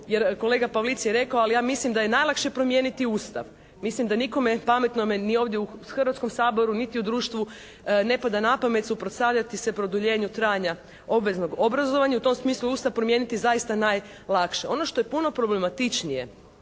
Jer kolega Pavlic je rekao, ali ja mislim da je najlakše promijeniti Ustav. Mislim da nikome pametnome ni ovdje u Hrvatskom saboru niti u društvu ne pada na pamet suprotstavljati se produljenju trajanja obveznog obrazovanja. I u tom smislu Ustav promijeniti zaista je najlakše. Ono što je puno problematičnije